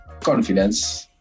confidence